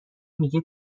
میگه